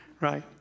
right